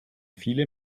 viele